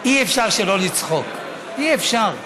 אי-אפשר שלא לצחוק, אי-אפשר.